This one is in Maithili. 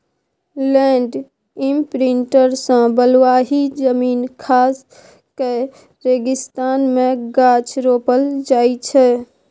लैंड इमप्रिंटर सँ बलुआही जमीन खास कए रेगिस्तान मे गाछ रोपल जाइ छै